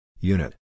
Unit